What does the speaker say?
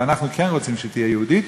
ואנחנו כן רוצים שתהיה יהודית,